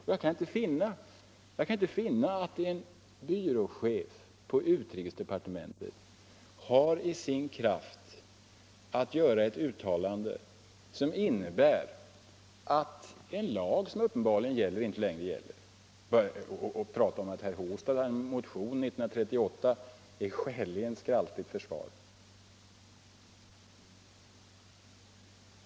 Och jag kan inte finna 115 Om åtgärder för att avskaffa påminnelser om att Sverige är en monarki att en byråchef på utrikesdepartementet har i sin makt att göra ett uttalande som innebär att en lag uppenbarligen inte längre skall gälla. Att prata om att herr Håstad hade en motion 1949 är ett skäligen skraltigt försvar.